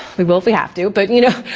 we will if we have to, but you know,